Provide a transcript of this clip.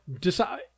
decide